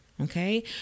okay